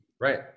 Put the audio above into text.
Right